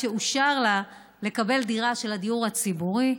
ואושר לה לקבל דירה של הדיור הציבורי,